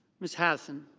ms. hassan.